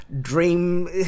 dream